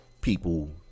people